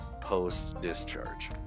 post-discharge